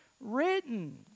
written